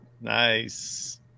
Nice